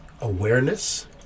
awareness